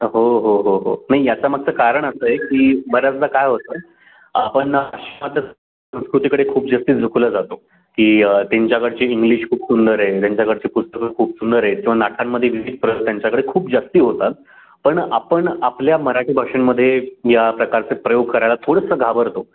हो हो हो हो नाही याच्या मागचं कारण असं आहे की बऱ्याचदा काय होतं आपण संस्कृतीकडे खूप जास्त झुकलं जातो की त्यांच्याकडची इंग्लिश खूप सुंदर आहे त्यांच्याकडची पुस्तकं खूप सुंदर आहेत किंवा नाटकांमध्ये विविध प्र त्यांच्याकडे खूप जास्त होतात पण आपण आपल्या मराठी भाषेमध्ये या प्रकारचे प्रयोग करायला थोडंसं घाबरतो